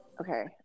Okay